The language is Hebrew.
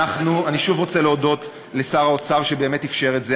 אני שוב רוצה להודות לשר האוצר שבאמת אפשר את זה,